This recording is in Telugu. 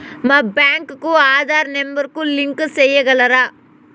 మా బ్యాంకు కు ఆధార్ నెంబర్ కు లింకు సేయగలరా?